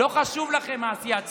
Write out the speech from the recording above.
לא חשובה לכם עשיית הצדק.